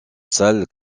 sale